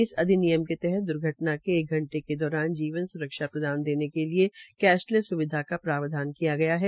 इस अधिनियम के तहत द्र्घटना के एक घंटे के दौरान जीवन स्रक्षा प्रदान देने के लिए कैशलैस स्विधा का प्रावधान रखा गया है